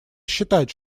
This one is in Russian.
считать